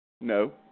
No